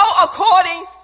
according